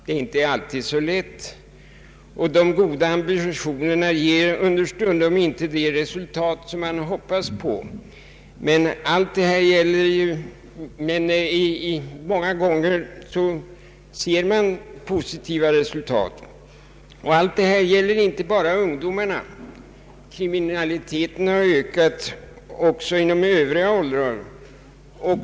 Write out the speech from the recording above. Det är inte alltid så lätt, och de goda ambitionerna ger understundom inte de resultat som man hoppats på; men många gånger ser man positiva resultat. Allt detta gäller inte bara ungdomarna. Kriminaliteten har ökat också inom övriga åldersgrupper.